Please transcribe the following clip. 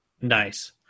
Nice